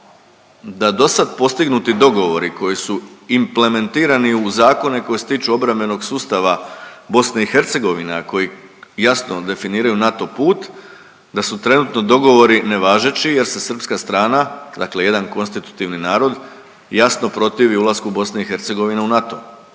da dosad postignuti dogovori koji su implementirani u zakone koji se tiču obrambenog sustava BiH, a koji jasno definiraju NATO put, da su trenutno dogovori nevažeći jer se srpska strana, dakle jedan konstitutivni narod jasno protivi ulasku BiH u NATO,